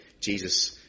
Jesus